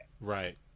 right